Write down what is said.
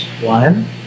One